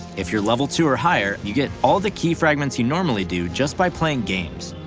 if you're level two or higher you get all the key fragments you normally do just by playing games.